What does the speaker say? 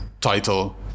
title